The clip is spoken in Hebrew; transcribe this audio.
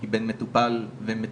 כי בין מטופל ומטופלים,